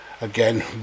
Again